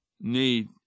need